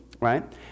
right